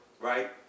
right